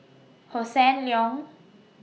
Hossan Leong